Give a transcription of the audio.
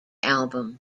album